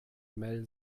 mel